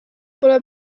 pole